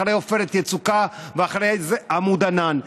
אחרי עופרת יצוקה ואחרי עמוד ענן.